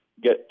get